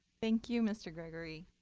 thank you, mr. gregory.